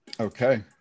Okay